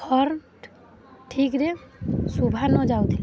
horn ଠିକ୍ରେ ଶୁଭା ନ ଯାଉଥିଲା